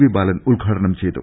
V Balan ഉദ്ഘാ ടനം ചെയ്തു